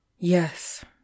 yes